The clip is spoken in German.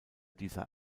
dieser